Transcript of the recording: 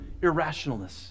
irrationalness